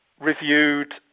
reviewed